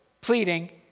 pleading